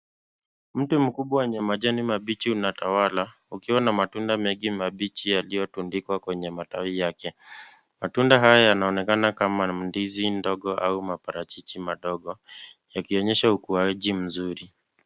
Mti mkubwa wenye majani mabichi unatawala ukiwa na matunda mengi mabichi yaliyotundikwa kwenye matawi yake. Matunda haya yanaonekana kama ndizi ndogo au maparachichi madogo yakionyesha ukuaji mzuri.